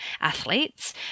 athletes